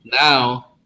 now